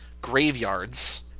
graveyards